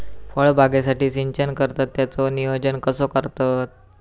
फळबागेसाठी सिंचन करतत त्याचो नियोजन कसो करतत?